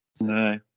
No